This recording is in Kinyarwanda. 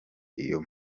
iyo